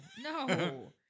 No